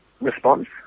response